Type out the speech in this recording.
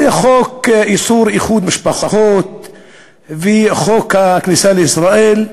חוק איסור איחוד משפחות וחוק הכניסה לישראל,